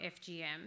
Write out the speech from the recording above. FGM